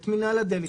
מינהל הדלק: